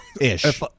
Ish